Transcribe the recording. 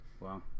Wow